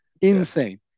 Insane